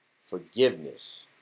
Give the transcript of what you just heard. Forgiveness